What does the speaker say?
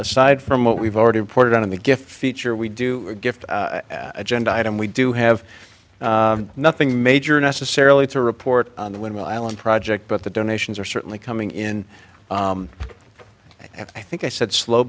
aside from what we've already reported on in the gift feature we do a gift agenda item we do have nothing major necessarily to report on the when will allen project but the donations are certainly coming in and i think i said slow